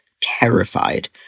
terrified